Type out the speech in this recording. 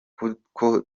kuko